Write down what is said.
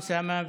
אוסאמה,